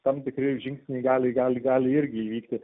tam tikri žingsniai gali gali gali irgi įvykti